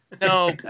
No